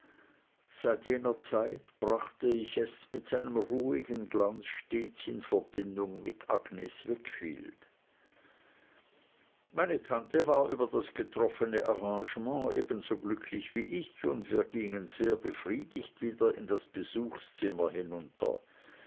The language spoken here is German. seit jener zeit brachte ich es mit seinem ruhigen glanz stets in verbindung mit agnes wickfield meine tante war über das getroffene arrangement ebenso glücklich wie ich und wir gingen sehr befriedigt wieder in das besuchszimmer hinunter